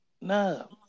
No